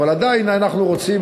אבל עדיין אנחנו רוצים,